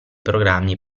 programmi